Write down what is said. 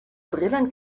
brillen